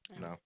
No